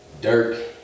Dirk